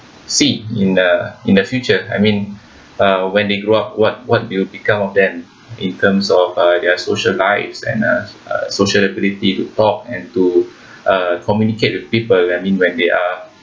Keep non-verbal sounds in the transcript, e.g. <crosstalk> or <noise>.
see in the in the future I mean uh when they grow up what what will become of them in terms of uh their social lives and uh social ability to talk and to <breath> uh communicate with people I mean when they are